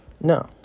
No